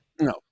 No